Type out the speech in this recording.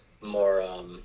more